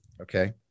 Okay